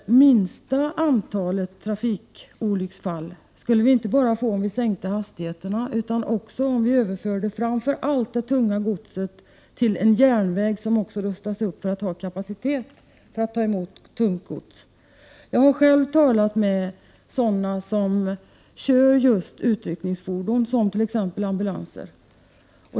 Minsta antalet trafikolycksfall skulle vi få inte bara om vi sänkte hastigheterna utan också om vi överförde framför allt det tunga godset till en järnväg som även rustades upp för att ha kapacitet att ta emot tungt gods. Jag har själv talat med sådana som kör utryckningsfordon, t.ex. ambulanser.